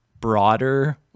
broader